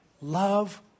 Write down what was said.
love